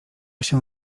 się